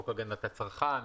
חוק הגנת הצרכן,